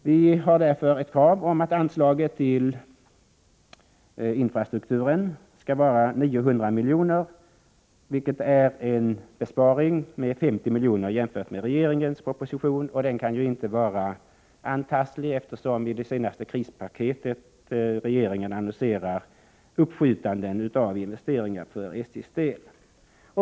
Därför har vi ett krav på att anslaget till infrastrukturen skall vara 900 milj.kr., vilket innebär en besparing med 50 milj.kr. jämfört med regeringens proposition. Och den besparingen kan ju inte vara antastlig eftersom regeringen i det senaste krispaketet annonserar uppskjutande av investeringar för SJ:s del.